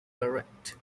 correct